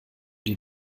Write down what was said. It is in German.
die